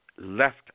Left